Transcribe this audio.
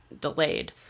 delayed